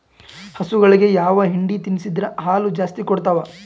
ಹಸುಗಳಿಗೆ ಯಾವ ಹಿಂಡಿ ತಿನ್ಸಿದರ ಹಾಲು ಜಾಸ್ತಿ ಕೊಡತಾವಾ?